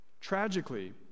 Tragically